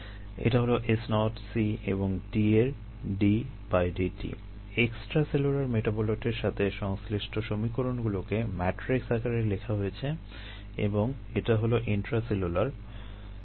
এটা হলো S0 C এবং D এর ddt এক্সট্রাসেলুলার মেটাবোলাইটের সাথে সংশ্লিষ্ট সমীকরণগুলোকে ম্যাট্রিক্স আকারে লেখা হয়েছে এবং এটা হলো ইন্ট্রাসেলুলার